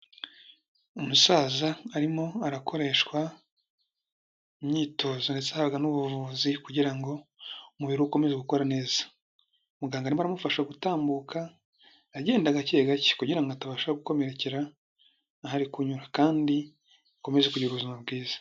Umusaza arimo arakoreshwa imyitozo ndetse ahabwa n'ubuvuzi kugira ngo umubiri ukomeze gukora neza, muganga arimo aramufasha gutambuka, agenda gake gake kugirango ngo atabasha gukomerekera aho ari kunyura kandi akomeze kugira ubuzima bwiza.